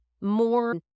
more